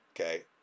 Okay